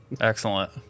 Excellent